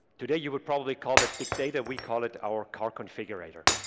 today you would probably call that big data. we call it our car configurator